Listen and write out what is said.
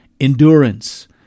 endurance